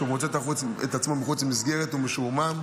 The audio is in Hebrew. וכשהוא מוצא את עצמו מחוץ למסגרת הוא משועמם.